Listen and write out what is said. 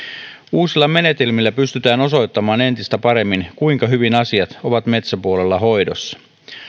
uusilla menetelmillä pystytään osoittamaan entistä paremmin kuinka hyvin asiat ovat metsäpuolella hoidossa